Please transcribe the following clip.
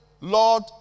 Lord